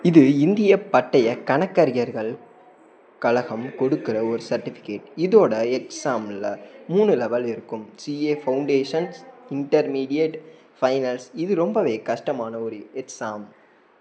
இது இந்தியப் பட்டயக் கணக்கறிஞர்கள் கழகம் கொடுக்கிற ஒரு சர்டிஃபிக்கேட் இதோடய எக்ஸாமில் மூணு லெவல் இருக்கும் சிஏ ஃபவுண்டேஷன்ஸ் இன்டர்மிடியேட் ஃபைனல்ஸ் இது ரொம்பவே கஷ்டமான ஒரு எக்ஸாம்